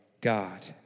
God